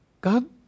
God